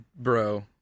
bro